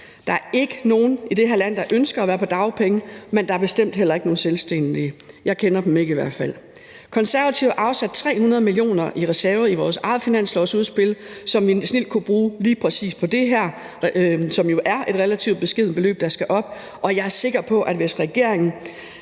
Der er ikke nogen i det her land, der ønsker at være på dagpenge, men der er bestemt heller ikke nogen selvstændige, der gør det. Jeg kender dem i hvert fald ikke. Konservative har afsat 300 mio. kr. i reserve i vores eget finanslovsudspil, som vi snildt kunne bruge lige præcis på det her, og som jo er et relativt beskedent beløb, der skal op, og jeg er sikker på, at hvis regeringen